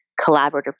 collaborative